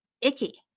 icky